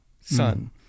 son